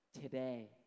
today